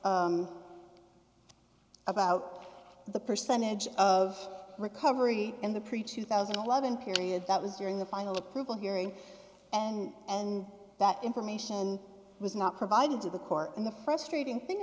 about the percentage of recovery in the pretty two thousand and eleven period that was during the final approval hearing and and that information was not provided to the court and the frustrating thing